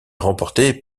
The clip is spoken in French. remportée